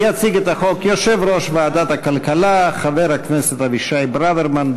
יציג את הצעת החוק יושב-ראש ועדת הכלכלה חבר הכנסת אבישי ברוורמן.